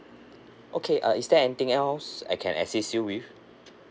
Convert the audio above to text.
okay uh is there anything else I can assist you with